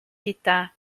gyda